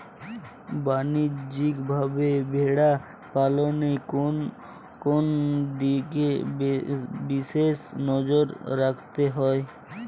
বাণিজ্যিকভাবে ভেড়া পালনে কোন কোন দিকে বিশেষ নজর রাখতে হয়?